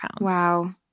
Wow